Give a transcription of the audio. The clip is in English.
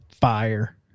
fire